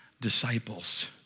disciples